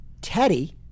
Teddy